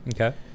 Okay